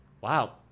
wow